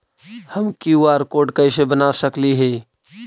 हम QR code कैसे बना सकली ही?